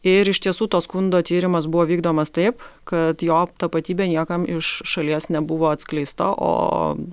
ir iš tiesų to skundo tyrimas buvo vykdomas taip kad jo tapatybė niekam iš šalies nebuvo atskleista o